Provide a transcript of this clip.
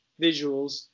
visuals